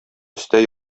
өстә